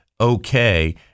okay